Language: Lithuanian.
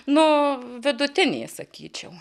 nuo vidutinės sakyčiau